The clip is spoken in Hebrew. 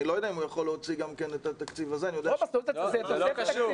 אני לא יודע אם הוא יכול להוציא גם כן את התקציב הזה --- זה לא קשור.